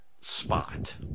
spot